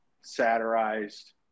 satirized